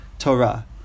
Torah